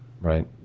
Right